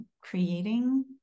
creating